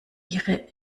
ihre